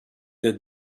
had